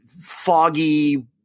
foggy